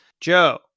Joe